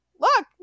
look